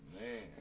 man